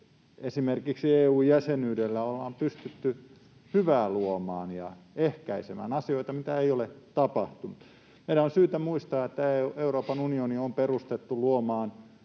esimerkiksi EU-jäsenyydellä ollaan pystytty hyvää luomaan ja ehkäisemään asioita, mitä ei ole tapahtunut. Meidän on syytä muistaa, että Euroopan unioni on perustettu luomaan